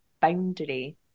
boundary